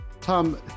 Tom